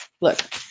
Look